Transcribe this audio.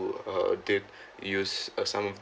uh did use uh some of the